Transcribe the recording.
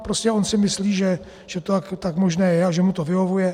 Prostě on si myslí, že to tak možné je a že mu to vyhovuje.